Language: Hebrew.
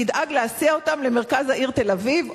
תדאג להסיע אותם למרכז העיר תל-אביב,